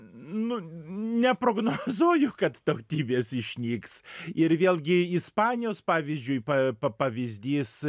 nu neprognozuoju kad tautybės išnyks ir vėlgi ispanijos pavyzdžiui pa p pavyzdys